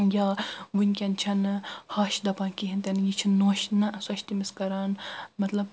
یا ؤنکیٚن چھنہٕ ہش دپان کہیٖنۍ تہِ نہٕ یہِ چھِ نۄش نہ سۄ چھِ تٔمِس کران مطلب